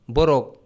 Borok